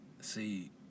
See